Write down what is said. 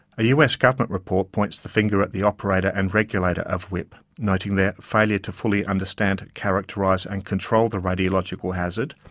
a us government report points the finger at the operator and regulator of wipp, noting their failure to fully understand, characterize, and control the radiological hazard.